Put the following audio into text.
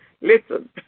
Listen